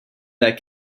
that